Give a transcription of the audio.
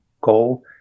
goal